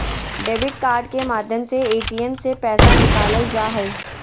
debit card के माध्यम से ए.टी.एम से पैसा निकालल जा हय